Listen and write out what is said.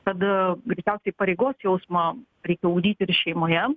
tad greičiausiai pareigos jausmą reikia ugdyti ir šeimoje